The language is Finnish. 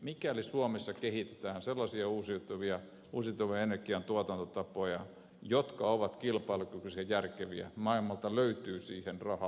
mikäli suomessa kehitetään sellaisia uusiutuvia energiantuotantotapoja jotka ovat kilpailukykyisiä ja järkeviä maailmalta löytyy siihen rahaa